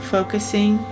Focusing